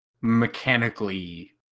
mechanically